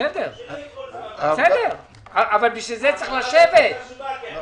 ההבהרה היא חשובה.